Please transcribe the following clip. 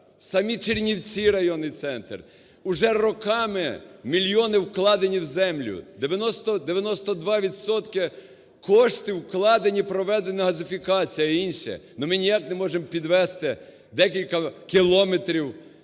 самі Чернівці, районний центр, уже роками мільйони вкладені в землю, 92 відсотки коштів вкладені, проведена газифікація і інше, но ми ніяк не можемо підвести декілька кілометрів